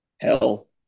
Hell